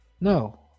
No